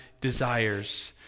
desires